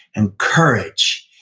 and courage,